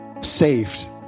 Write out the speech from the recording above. saved